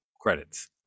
credits